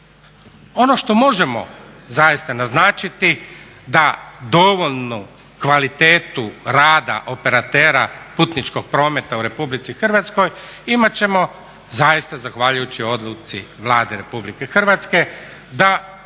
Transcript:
Ono što možemo zaista naznačiti da dovoljnu kvalitetu rada operatera putničkog prometa u RH imat ćemo zaista zahvaljujući odluci Vlade RH da